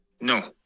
No